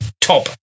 top